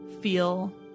feel